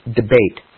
debate